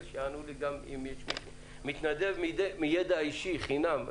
שיענו לי גם אם יש מתנדב בידע אישי חינם.